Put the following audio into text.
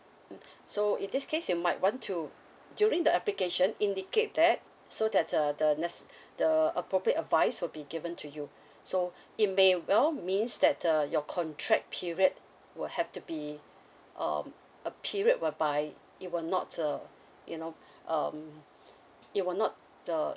mm so in this case you might want to during the application indicate that so that the the the necces~ the uh appropriate advice would be given to you so it may well means that uh your contract period will have to be um a period whereby it will not uh you know um it will not uh